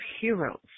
heroes